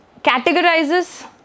categorizes